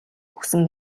үхсэн